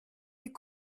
est